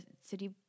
City